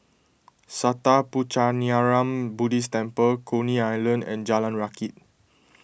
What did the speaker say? Sattha Puchaniyaram Buddhist Temple Coney Island and Jalan Rakit